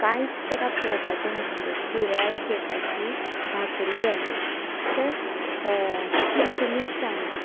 कांयच तेका पोवपाचें नासलें पुराय केकाची भाकरी जाल्ली सर सर तुमीच सांगा